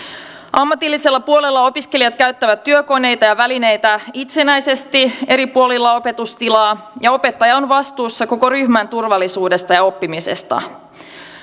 ammatillisella puolella opiskelijat käyttävät työkoneita ja välineitä itsenäisesti eri puolilla opetustilaa ja opettaja on vastuussa koko ryhmän turvallisuudesta ja oppimisesta